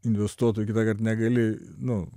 investuotų kitą kad negali nu